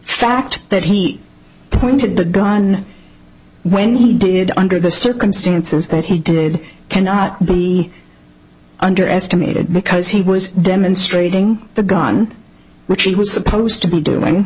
fact that he pointed the gun when he did under the circumstances that he did cannot be underestimated because he was demonstrating the gun which he was supposed to be doing